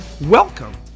Welcome